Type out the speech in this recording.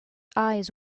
eyes